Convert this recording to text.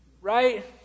Right